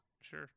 Sure